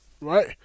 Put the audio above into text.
right